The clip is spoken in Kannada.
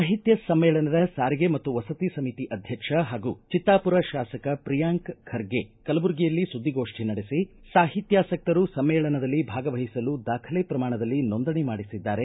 ಸಾಹಿತ್ಯ ಸಮ್ಮೇಳನದ ಸಾರಿಗೆ ಮತ್ತು ವಸತಿ ಸಮಿತಿ ಅಧ್ಯಕ್ಷ ಹಾಗೂ ಜಿತ್ತಾಪುರ ಶಾಸಕ ಪ್ರಿಯಾಂಕ್ ಖರ್ಗೆ ಕಲಬುರಗಿಯಲ್ಲಿ ಸುದ್ದಿಗೋಷ್ಠಿ ನಡೆಸಿ ಸಾಹಿತ್ಯಾಸಕ್ತರು ಸಮ್ಮೇಳನದಲ್ಲಿ ಭಾಗವಹಿಸಲು ದಾಖಲೆ ಪ್ರಮಾಣದಲ್ಲಿ ನೋಂದಣಿ ಮಾಡಿಸಿದ್ದಾರೆ